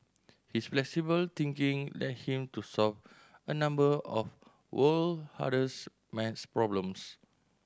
his flexible thinking led him to solve a number of world hardest math problems